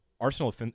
Arsenal